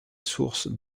source